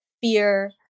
fear